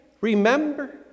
remember